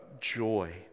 joy